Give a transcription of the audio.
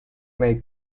may